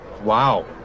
Wow